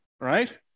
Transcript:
right